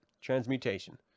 Transmutation